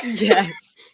Yes